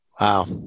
Wow